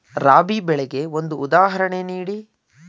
ರಾಬಿ ಬೆಳೆಗೆ ಒಂದು ಉದಾಹರಣೆ ನೀಡಿ